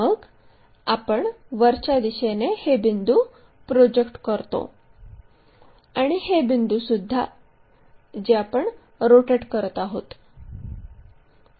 मग आपण वरच्या दिशेने हे बिंदू प्रोजेक्ट करतो आणि हे बिंदूसुद्धा जे आपण रोटेट करत आहोत